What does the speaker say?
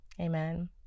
Amen